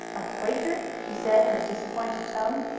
a quaker? he said in a disappointed tone.